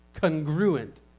congruent